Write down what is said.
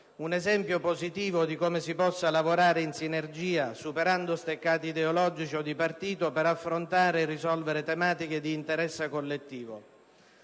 Un esempio positivo di come si possa lavorare in sinergia superando steccati ideologici o di partito per affrontare e risolvere tematiche di interesse collettivo.